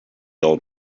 old